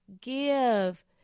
give